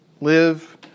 live